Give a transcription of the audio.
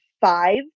five